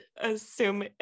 Assume